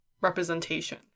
representation